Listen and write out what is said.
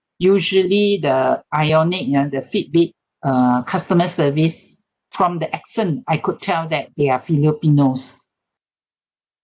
usually the ionic ah the fitbit uh customer service from the accent I could tell that they are filipinos